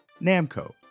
Namco